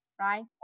right